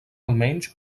almenys